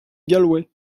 galway